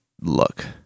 look